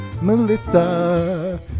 Melissa